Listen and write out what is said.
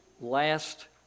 last